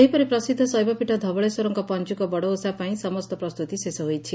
ସେହିପରି ପ୍ରସିଦ୍ଧ ଶୈବପୀଠ ଧବଳେଶ୍ୱରଙ୍କ ପଞ୍ଚୁକ ବଡ଼ଓଷାପାଇଁ ସମସ୍ତ ପ୍ରସ୍ତୁତି ଶେଷ ହୋଇଛି